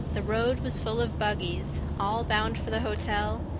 the road was full of buggies, all bound for the hotel,